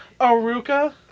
Aruka